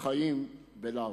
חיים בלעו.